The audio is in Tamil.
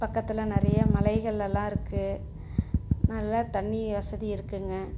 பக்கத்தில் நிறையா மலைகள் எல்லாம் இருக்குது நல்லா தண்ணி வசதி இருக்குதுங்க